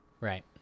Right